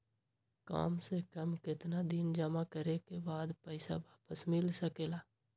काम से कम केतना दिन जमा करें बे बाद पैसा वापस मिल सकेला?